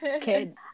kid